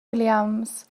williams